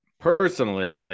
personally